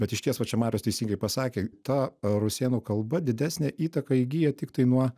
bet išties va čia marius teisingai pasakė ta rusėnų kalba didesnę įtaką įgyja tiktai nuo